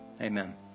amen